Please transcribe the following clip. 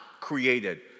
created